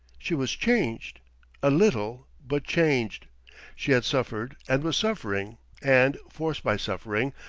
she was changed a little, but changed she had suffered, and was suffering and, forced by suffering,